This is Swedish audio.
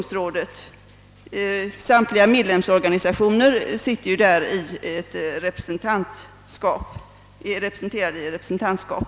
Samtliga medlemsorganisationer är ju företrädda i ungdomsrådets representantskap.